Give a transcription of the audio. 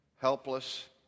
helpless